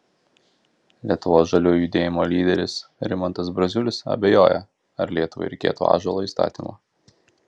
lietuvos žaliųjų judėjimo lyderis rimantas braziulis abejoja ar lietuvai reikėtų ąžuolo įstatymo